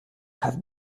have